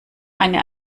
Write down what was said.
eine